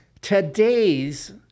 today's